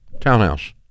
townhouse